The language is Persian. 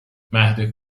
مهد